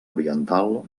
oriental